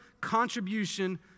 contribution